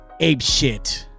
apeshit